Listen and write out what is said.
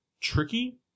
tricky